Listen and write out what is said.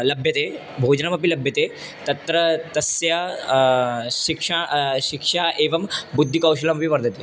लभ्यते भोजनमपि लभ्यते तत्र तस्य शिक्षा शिक्षा एवं बुद्धिकौशलमपि वर्धते